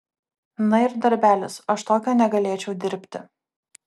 na ir darbelis aš tokio negalėčiau dirbti